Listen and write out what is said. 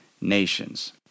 nations